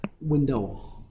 window